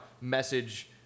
message